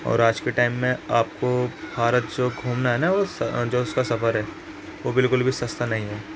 اور آج کے ٹائم میں آپ کو بھارت سو گھومنا ہے نا اس جو اس کا سفر ہے وہ بالکل بھی سستا نہیں ہے